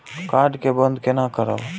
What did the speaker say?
Card के बन्द केना करब?